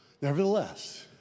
Nevertheless